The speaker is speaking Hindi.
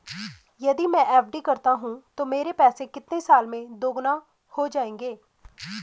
यदि मैं एफ.डी करता हूँ तो मेरे पैसे कितने साल में दोगुना हो जाएँगे?